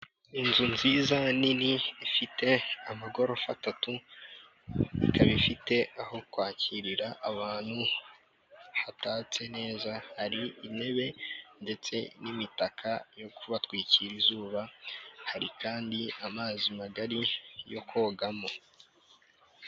Inzu nziza nini ifite amagorofa atatu, ikabi ifite aho kwakirira abantu hatatse neza, hari intebe ndetse n'imitaka yo kubatwikira izuba, hari kandi amazi magari yo kogamo.